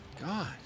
God